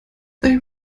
they